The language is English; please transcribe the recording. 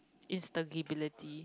instability